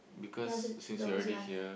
ya opposite the opposite one